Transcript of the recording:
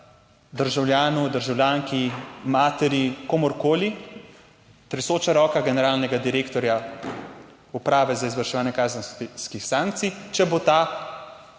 državljanu, državljanki, materi, komurkoli tresoča roka generalnega direktorja Uprave za izvrševanje kazenskih sankcij, če bo ta